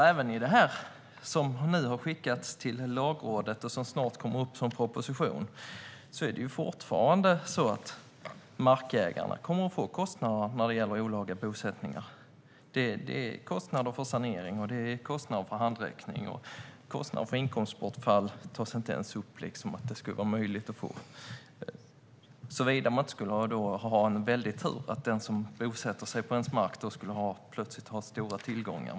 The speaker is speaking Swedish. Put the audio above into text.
Även i det som nu har skickats till Lagrådet och som snart kommer upp som en proposition är det fortfarande markägarna som kommer att få ta kostnaderna för olagliga bosättningar. Det är kostnader för sanering, handräckning och inkomstbortfall. Det tas inte ens upp att det skulle vara möjligt för dem att få ersättning, såvida de inte har en sådan väldig tur att den som bosätter sig på deras mark plötsligt har stora tillgångar.